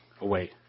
away